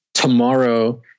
Tomorrow